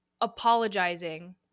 apologizing